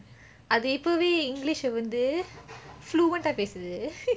அது இப்போவே:athu ippoveh english லே வந்து:le vanthu fluent ah பேசுது:pesuthu